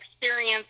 experience